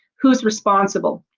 who's responsible.